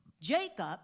Jacob